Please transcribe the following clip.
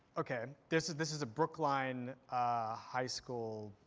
ok. this is this is a brookline high school,